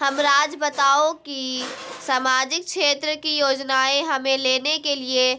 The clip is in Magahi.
हमराज़ बताओ कि सामाजिक क्षेत्र की योजनाएं हमें लेने के लिए